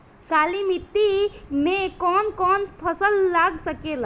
काली मिट्टी मे कौन कौन फसल लाग सकेला?